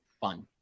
fun